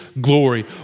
glory